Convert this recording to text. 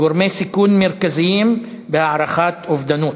גורמי סיכון מרכזיים בהערכת אובדנות.